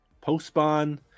post-spawn